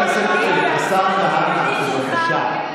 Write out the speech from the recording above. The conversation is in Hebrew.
השר כהנא, בבקשה.